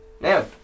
Now